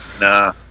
Nah